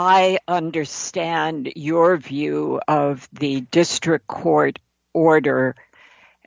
i understand your view of the district court order